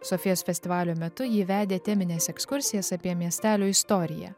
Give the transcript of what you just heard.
sofijos festivalio metu ji vedė temines ekskursijas apie miestelio istoriją